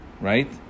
right